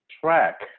track